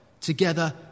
together